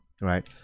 right